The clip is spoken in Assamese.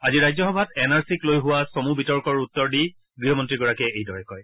আজি ৰাজ্যসভাত এন আৰ চিক লৈ হোৱা চমু বিতৰ্কৰ উত্তৰ দি গৃহমন্ত্ৰীগৰাকীয়ে এইদৰে কয়